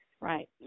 Right